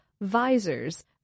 visors